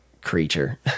creature